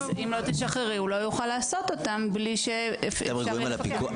אז אם לא תשחררי אז הוא לא יוכל לעשות אותם בלי שאפשר יהיה לפקח.